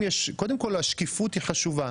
קודם כול השקיפות היא חשובה.